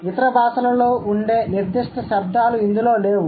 ఇతర భాషలలో ఉండే నిర్దిష్ట శబ్దాలు ఇందులో లేవు